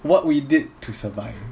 what we did to survive